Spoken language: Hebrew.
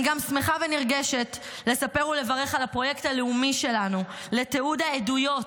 אני גם שמחה ונרגשת לספר ולברך על הפרויקט הלאומי שלנו לתיעוד העדויות